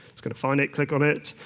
it's going to find it, click on it,